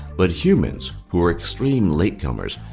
but humans, who were extreme latecomers,